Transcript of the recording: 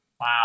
Wow